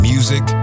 Music